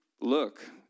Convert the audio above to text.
look